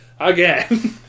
Again